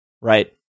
right